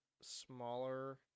smaller